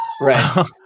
Right